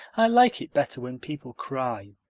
i like it better when people cry.